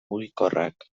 mugikorrak